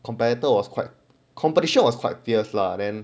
competitor was quite competition was quite fierce lah then